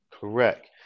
Correct